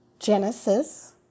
Genesis